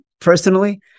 personally